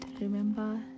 remember